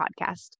podcast